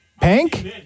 Pink